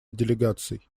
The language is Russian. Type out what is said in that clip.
делегаций